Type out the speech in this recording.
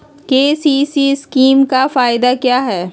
KCC scheme का फायदा क्या है?